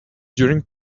during